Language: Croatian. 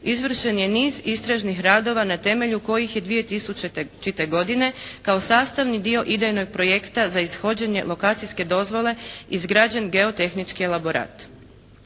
izvršen je niz istražnih radova na temelju kojih je 2000. godine kao sastavni dio idejnog projekta za ishođenje lokacijske dozvole izgrađen geo tehnički elaborat.